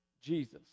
Jesus